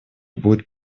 будет